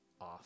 off